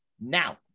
Now